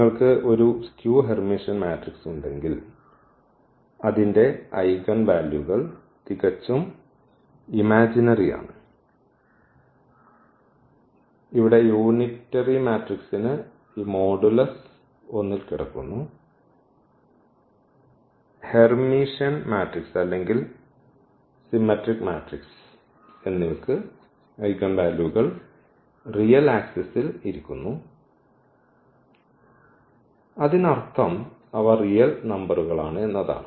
നിങ്ങൾക്ക് ഒരു skew Hermitian matrix ഉണ്ടെങ്കിൽ അതിൻറെ ഐഗൻവാല്യൂസ് തികച്ചും ഇമാജിനറി ആണ് ഇവിടെ യൂണിറ്ററി മാട്രിക്സ്ന് ഈ മോഡുലസ് 1 ൽ കിടക്കുന്നു ഹെർമിറ്റിയൻ മാട്രിക്സ് അല്ലെങ്കിൽ സിമെട്രിക് മാട്രിക്സ് എന്നിവക്ക് ഐഗൻ വാല്യൂകൾ റിയൽ ആക്സിസ്ൽ ഇരിക്കുന്നു അതിനർത്ഥം അവ റിയൽ നമ്പറുകളാണ് എന്നതാണ്